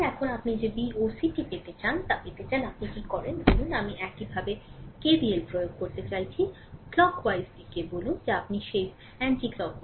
সুতরাং এখন আপনি যে Vocটি পেতে চান তা পেতে আপনি কী করেন ধরুন আমি এইভাবে KVL প্রয়োগ করতে চাইছি ঘড়ির কাঁটার দিক দিয়ে বলুন যা আপনি সেই বিরোধী ঘড়ির কাঁটার দিক বলে